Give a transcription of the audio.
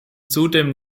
zudem